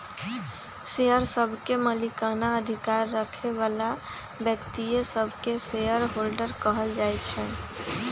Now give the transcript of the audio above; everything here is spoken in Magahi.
शेयर सभके मलिकना अधिकार रखे बला व्यक्तिय सभके शेयर होल्डर कहल जाइ छइ